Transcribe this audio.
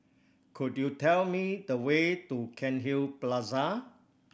could you tell me the way to Cairnhill Plaza